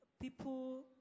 people